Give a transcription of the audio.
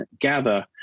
gather